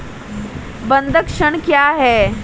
बंधक ऋण क्या है?